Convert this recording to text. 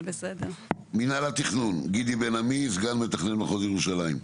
אוקי, גידי בן עמי, סגן מתכנן מחוז ירושלים.